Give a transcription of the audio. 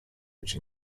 which